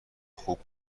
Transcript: خوب